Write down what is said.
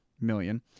million